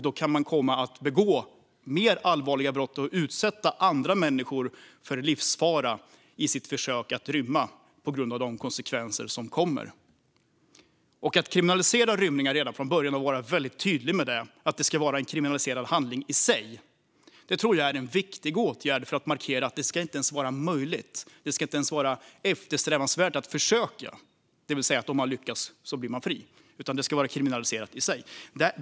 Då kan man komma att begå mer allvarliga brott och utsätta andra människor för livsfara i sitt försök att rymma på grund av de konsekvenser som kommer. Att kriminalisera rymningar redan från början och att vara väldigt tydlig med att det ska vara en kriminaliserad handling i sig tror jag är en viktig åtgärd för att markera att detta inte ens ska vara möjligt. Det ska inte ens vara eftersträvansvärt att försöka, det vill säga att tro att om man lyckas så blir man fri, utan detta ska vara kriminaliserat i sig.